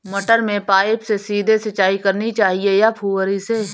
मटर में पाइप से सीधे सिंचाई करनी चाहिए या फुहरी से?